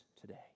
today